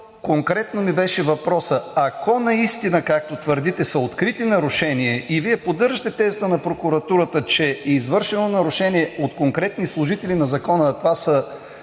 конкретно въпросът ми беше: ако наистина, както твърдите, са открити нарушения и Вие поддържате тезата на прокуратурата, че е извършено нарушение от конкретни служители на закона, а това са